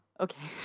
Okay